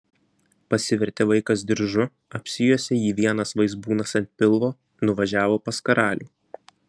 pasivertė vaikas diržu apsijuosė jį vienas vaizbūnas ant pilvo nuvažiavo pas karalių